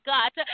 God